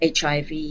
HIV